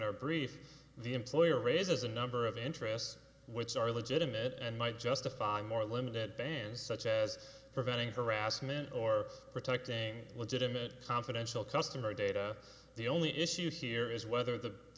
our brief the employer raises a number of interests which are legitimate and might justify more limited bands such as preventing harassment or protecting legitimate confidential customer data the only issue here is whether the